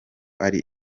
ari